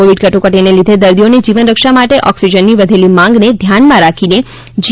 Covid કટોકટીને લીધે દર્દીઓની જીવનરક્ષા માટે ઓક્સિજનની વધેલી માંગને ધ્યાનમાં રાખી જી